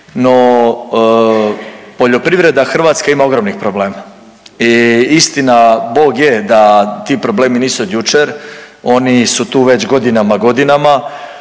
No, poljoprivreda hrvatska ima ogromnih problema i istina bog je da ti problemi nisu od jučer, oni su tu već godinama, godinama.